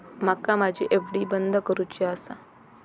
माका माझी एफ.डी बंद करुची आसा